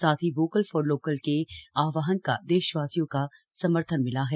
साथ ही vocal for local के आहवान का देशवासियों का समर्थन मिला है